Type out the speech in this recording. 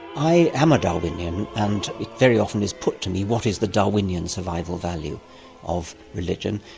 i am a darwinian, and it very often is put to me what is the darwinian survival value of religion?